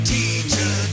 Teacher